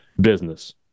business